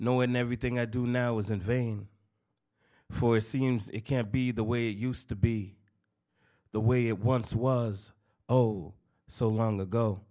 and everything i do now was in vain for seems it can't be the way used to be the way it once was oh so long ago